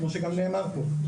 כמו שגם נאמר פה,